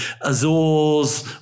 Azores